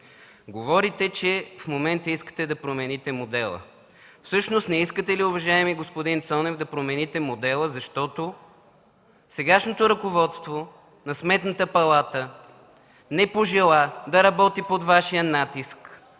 Говорите, че в момента искате да промените модела. Всъщност не искате ли, уважаеми господин Цонев, да промените модела, защото сегашното ръководство на Сметната палата не пожела да работи под Вашия натиск